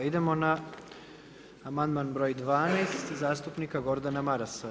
Idemo na amandman broj 12. zastupnika Gordana Marasa.